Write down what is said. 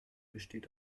besteht